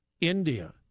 India